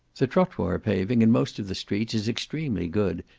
the trottoir paving, in most of the streets, is extremely good,